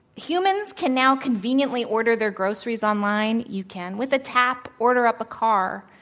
humans can now conveniently order their groceries online. you can, with a tap, order up a car.